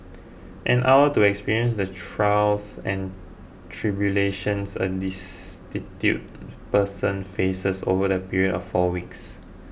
an hour to experience the trials and tribulations a destitute person faces over a period of four weeks